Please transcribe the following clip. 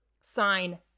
sign